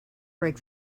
break